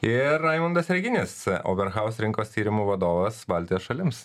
ir raimundas reginis oberhaus rinkos tyrimų vadovas baltijos šalims